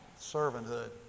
servanthood